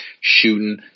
shooting